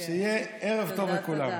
שיהיה ערב טוב לכולם.